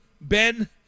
Ben